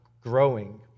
growing